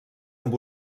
amb